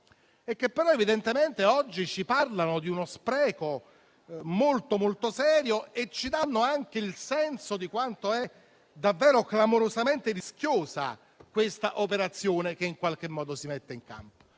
ma che evidentemente oggi ci parlano di uno spreco molto serio e ci danno anche il senso di quanto sia davvero clamorosamente rischiosa questa operazione che in qualche modo si mette in campo.